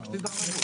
רק שתדע.